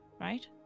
right